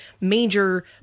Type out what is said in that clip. major